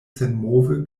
senmove